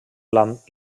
les